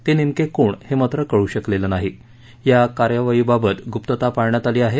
ते नेमके कोण हे मात्र कळू शकलेलं नाही या कार्यवाईबाबत गुप्तता पाळण्यात आली आहे